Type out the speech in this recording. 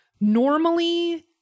normally